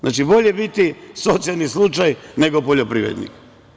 Znači, bolje biti socijalni slučaj nego poljoprivrednik.